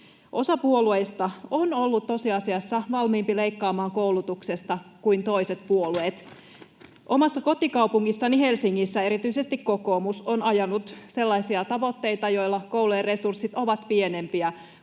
Osa puolueista on ollut tosiasiassa valmiimpia leikkaamaan koulutuksesta kuin toiset puolueet. Omassa kotikaupungissani Helsingissä erityisesti kokoomus on ajanut sellaisia tavoitteita, joissa koulujen resurssit ovat pienempiä